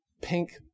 pink